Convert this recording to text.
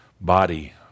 body